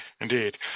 Indeed